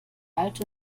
alte